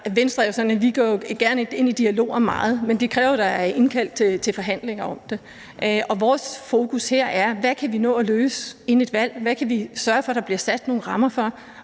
at vi gerne går i dialog om meget, men det kræver, at der er indkaldt til forhandlinger om det. Vores fokus her er, hvad vi kan nå at løse inden et valg, og hvad vi kan sørge for der bliver sat nogle rammer for.